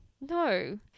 No